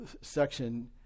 section